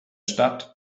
stadt